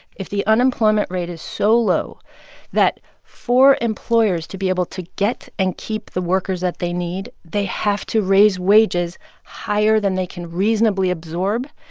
if the unemployment rate is so low that for employers to be able to get and keep the workers that they need, they have to raise wages higher than they can reasonably absorb,